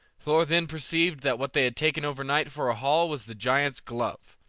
thor then perceived that what they had taken overnight for a hall was the giant's glove,